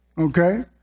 Okay